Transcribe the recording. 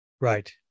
Right